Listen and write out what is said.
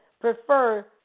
prefer